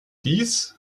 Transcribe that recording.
dies